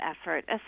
effort